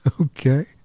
okay